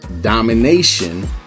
domination